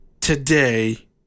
today